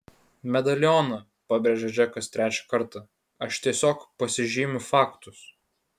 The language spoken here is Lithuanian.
medalioną pabrėžė džekas trečią kartą aš tiesiog pasižymiu faktus